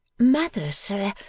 mother, sir,